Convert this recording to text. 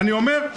אני אומר,